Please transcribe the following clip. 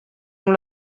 amb